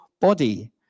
body